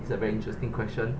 it's a very interesting question